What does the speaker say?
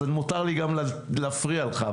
אז מותר לי גם להפריע לך,